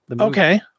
Okay